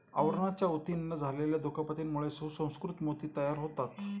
आवरणाच्या ऊतींना झालेल्या दुखापतीमुळे सुसंस्कृत मोती तयार होतात